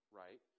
right